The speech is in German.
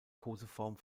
koseform